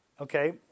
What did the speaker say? Okay